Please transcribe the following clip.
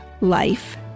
life